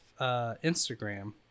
Instagram